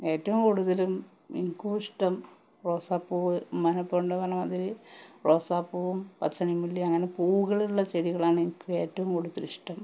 ഏറ്റവും കൂടുതലും എനിക്കുമിഷ്ടം റോസാപ്പൂവ് മഴ കൊണ്ട കൊണ്ടാമാതിരി റോസാപ്പൂവും പത്തുമണി മുല്ല അങ്ങനെ പൂവുകളുള്ള ചെടികളാണ് എനിക്ക് ഏറ്റവും കൂടുതലിഷ്ടം